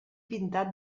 pintat